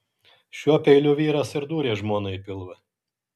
šiuo peiliu vyras ir dūrė žmonai į pilvą